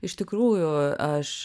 iš tikrųjų aš